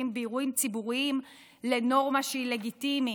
באירועים ציבוריים לנורמה שהיא לגיטימית.